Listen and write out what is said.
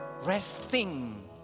resting